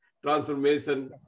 transformation